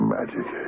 Magic